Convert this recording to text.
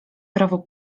prawo